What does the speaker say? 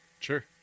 Sure